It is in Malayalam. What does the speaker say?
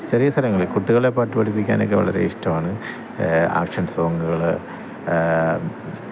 ചെറിയ സ്ഥലങ്ങളില് കുട്ടികളെ പാട്ടു പഠിപ്പിക്കാനൊക്കെ വളരെ ഇഷ്ടമാണ് ആക്ഷന് സോങ്ങുകൾ